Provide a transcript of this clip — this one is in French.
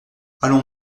allons